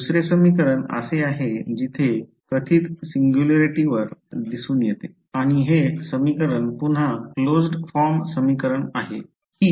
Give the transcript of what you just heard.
दुसरे समीकरण असे आहे जिथे कथित सिंग्युलॅरिटीवर सिंग्युलॅरिटीवर दिसून येते आणि हे समीकरण पुन्हा बंद फॉर्म समीकरण समीकरण असते